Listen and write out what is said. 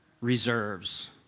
reserves